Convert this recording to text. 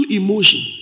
emotion